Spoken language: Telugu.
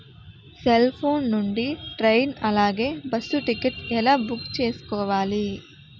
సెల్ ఫోన్ నుండి ట్రైన్ అలాగే బస్సు టికెట్ ఎలా బుక్ చేసుకోవాలి?